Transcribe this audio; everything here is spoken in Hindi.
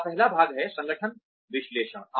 इसका पहला भाग है संगठन विश्लेषण